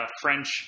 French